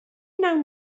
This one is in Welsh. wnawn